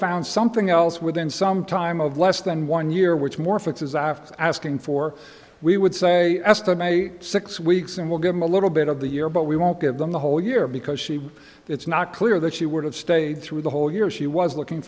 found something else within some time of less than one year which more fixes after asking for we would say estimate six weeks and we'll give them a little bit of the year but we won't give them the whole year because she it's not clear that she would have stayed through the whole year she was looking